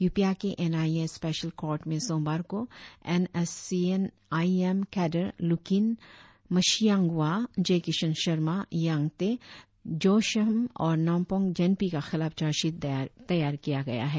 यूपिया के N I A special court में सोमवार को N S C N I M cadre Lukin Meshiangwa Jai Kishan Sharma Yangte Joshham और नापोंग जेनपी के खिलाफ चार्ज शीट दायर किया गया है